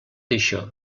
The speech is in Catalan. això